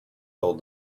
told